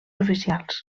oficials